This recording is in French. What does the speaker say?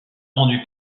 rendu